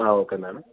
okay madam